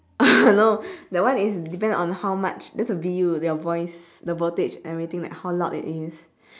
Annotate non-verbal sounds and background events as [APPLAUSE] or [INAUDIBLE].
[LAUGHS] no that one is depends on how much this is D U your voice the voltage everything like how loud it is